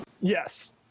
Yes